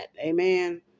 Amen